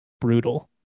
Brutal